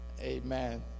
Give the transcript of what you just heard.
Amen